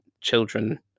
children